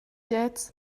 jetzt